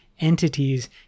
entities